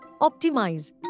Optimize